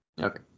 Okay